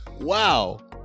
Wow